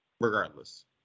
regardless